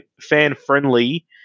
fan-friendly